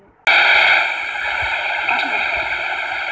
सिंचाई खातिर खेत के एक बराबर होना चाही